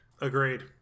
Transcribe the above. Agreed